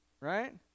Right